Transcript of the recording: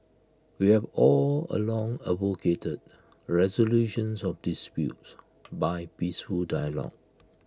we have all along advocated resolutions of disputes by peaceful dialogue